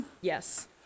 Yes